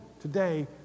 today